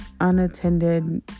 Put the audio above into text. unattended